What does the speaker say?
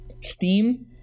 Steam